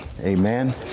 amen